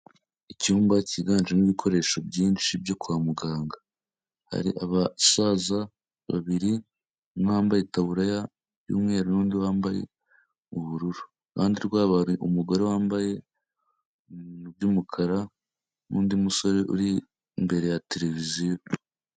Icyumba cyiganjemo ibikoresho byinshi byo kwa muganga. Hari abasaza babiri, umwe wambaye itaburiya y'umweru n'undi wambaye ubururu. Iruhande rwabo hari umugore wambaye ibintu by'umukara n'undi musore uri imbere ya televiziyo.